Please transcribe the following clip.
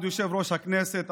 כבוד יושב-ראש הכנסת,